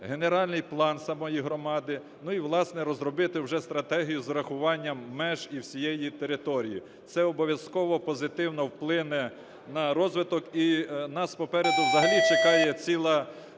генеральний план самої громади і, власне, розробити вже стратегію з урахуванням меж і всієї території. Це обов'язково позитивно вплине на розвиток. І нас попереду взагалі чекає ціла